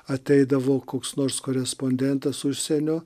ateidavo koks nors korespondentas užsienio